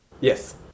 Yes